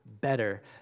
better